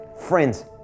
Friends